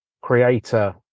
creator